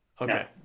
Okay